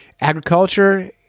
agriculture